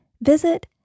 visit